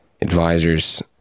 Advisors